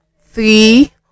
three